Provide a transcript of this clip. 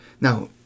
Now